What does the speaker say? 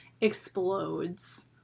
explodes